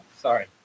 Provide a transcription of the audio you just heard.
Sorry